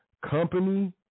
company